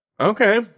Okay